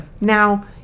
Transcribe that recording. Now